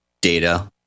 data